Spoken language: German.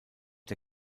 der